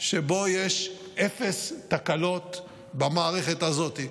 שבו יש אפס תקלות במערכת הזאת,